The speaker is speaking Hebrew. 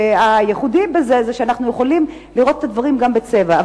והייחודי בזה הוא שאנחנו יכולים לראות את הדברים גם בצבע.